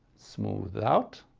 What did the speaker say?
smooth out,